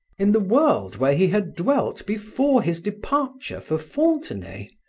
in the world where he had dwelt before his departure for fontenay?